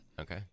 Okay